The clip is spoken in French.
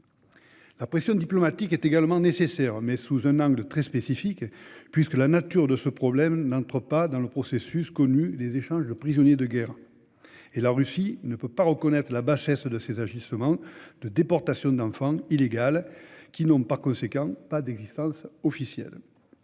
La pression diplomatique est également nécessaire, mais sous un angle très spécifique, puisque ce problème n'entre pas dans le processus connu des échanges de prisonniers de guerre. Par ailleurs, la Russie ne peut reconnaître la bassesse de ses agissements. Ces déportations illégales d'enfants n'ont par conséquent aucune existence officielle.